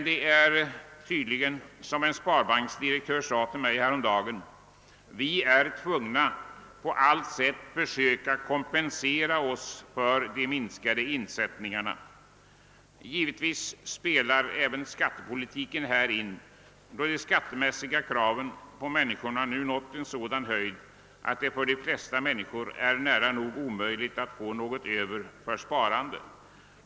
Det är tydligen så som en sparbanksdirektör sade till mig häromdagen: »Vi är tvungna att på alla sätt försöka kompensera oss för de minskade insättningarna.» Givetvis spelar även skattepolitiken här in, då ju de skattemässiga kraven på medborgaren nu har nått sådan höjd att det för de flesta människor är nära nog omöjligt att få något över för sparande.